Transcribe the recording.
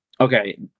Okay